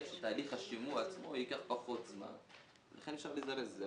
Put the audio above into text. שתהליך השימוע עצמו ייקח פחות זמן ולכן אפשר לזרז את זה.